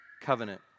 covenant